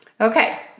Okay